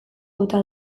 bota